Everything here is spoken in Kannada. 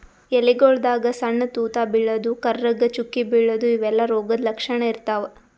ಎಲಿಗೊಳ್ದಾಗ್ ಸಣ್ಣ್ ತೂತಾ ಬೀಳದು, ಕರ್ರಗ್ ಚುಕ್ಕಿ ಬೀಳದು ಇವೆಲ್ಲಾ ರೋಗದ್ ಲಕ್ಷಣ್ ಇರ್ತವ್